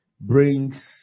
brings